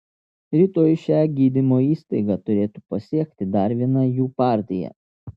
rytoj šią gydymo įstaigą turėtų pasiekti dar viena jų partija